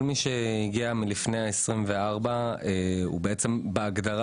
כל מי שהגיע לפני ה-24 לפברואר הוא בהגדרה